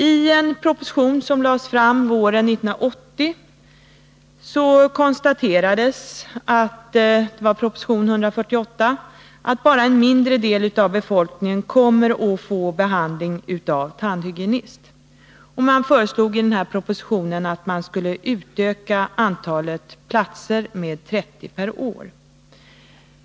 I en proposition som lades fram på våren 1980, nr148, konstaterades att bara en mindre del av befolkningen kommer att få behandling av tandhygenist. Man föreslog i den propositionen att tandhygienistutbildningen skulle utökas med 30 platser per år.